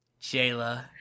Jayla